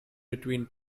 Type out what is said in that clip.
between